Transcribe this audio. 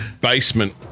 basement